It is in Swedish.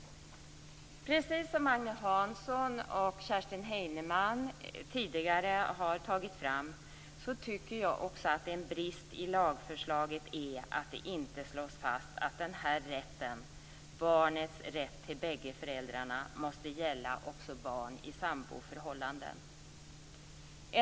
Precis som Agne Hansson och Kerstin Heinemann tidigare har sagt finns det en brist i lagförslaget, och det är att det inte slås fast att barnets rätt till bägge föräldrar måste gälla även barn i samboförhållanden.